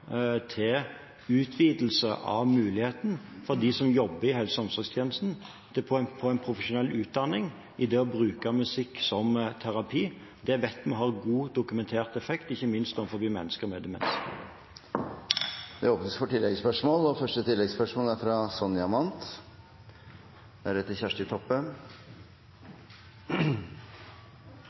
til utvidelse av muligheten for dem som jobber i helse- og omsorgstjenesten, til å få en profesjonell utdanning i det å bruke musikk som terapi. Det vet vi har god dokumentert effekt, ikke minst for mennesker med demens. Det